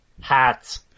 hats